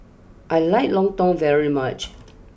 I like Lontong very much